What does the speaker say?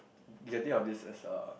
getting out of this is a